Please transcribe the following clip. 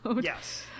Yes